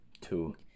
Two